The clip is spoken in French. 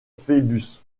phœbus